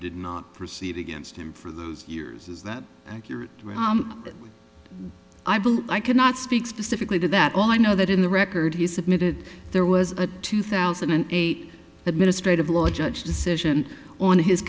did not proceed against him for those years is that accurate i believe i cannot speak specifically to that all i know that in the record he submitted there was a two thousand and eight administrative law judge decision on his